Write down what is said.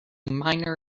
minor